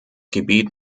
gebiet